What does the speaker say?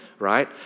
right